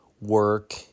Work